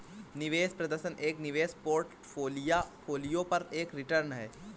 निवेश प्रदर्शन एक निवेश पोर्टफोलियो पर एक रिटर्न है